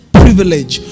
privilege